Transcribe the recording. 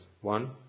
One